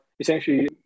Essentially